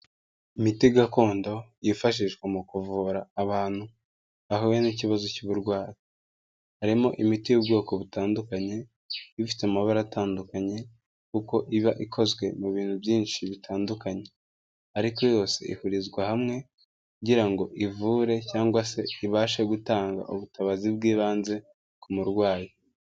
Imiti gakondo yifashishwa mu kuvura abantu bahuye n'ikibazo cy'uburwayi. Harimo imiti y'ubwoko butandukanye iba ifite amabara atandukanye kuko iba ikozwe mu bintu byinshi bitandukanye. Ariko yose ihurizwa hamwe kugira ngo ivure cyangwa se ibashe gutanga ubutabazi bw'ibanze ku murwayi.